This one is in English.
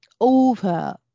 over